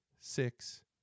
Six